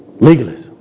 legalist